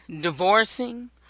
divorcing